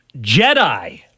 Jedi